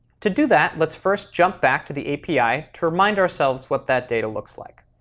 to do that, let's first jump back to the api to remind ourselves what that data looks like.